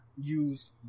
use